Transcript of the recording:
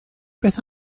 beth